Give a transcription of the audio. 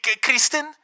Kristen